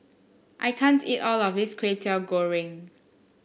I can't eat all of this Kway Teow Goreng